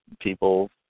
people